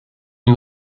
une